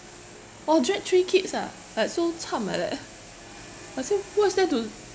oh drag three kids ah like so cham like that I say what is there to